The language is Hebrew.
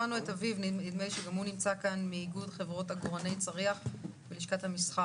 נשמע את אביב מאיגוד חברות עגורני צריח מלשכת המסחר,